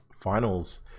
finals